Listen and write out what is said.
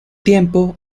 tiempo